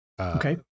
Okay